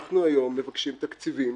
אנחנו היום מבקשים תקציבים